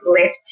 left